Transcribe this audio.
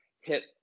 hit